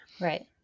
Right